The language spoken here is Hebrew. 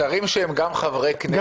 שרים שהם גם חברי כנסת, מה זה עושה?